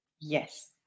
Yes